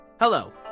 Hello